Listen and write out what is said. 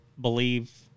believe